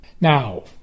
Now